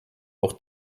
auch